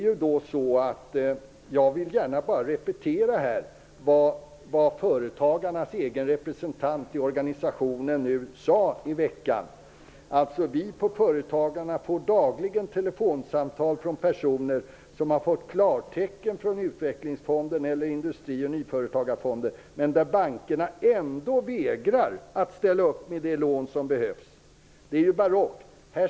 Jag vill gärna repetera vad företagarnas egen representant i organisationen sade: Vi får dagligen telefonsamtal från personer som fått klartecken från utvecklingsfonden eller industri och nyföretagarfonder, medan bankerna vägrar att ställa upp med de lån som behövs. Det är barockt.